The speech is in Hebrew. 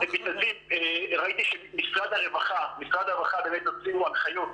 ראיתי שמשרד הרווחה באמת הוציאו הנחיות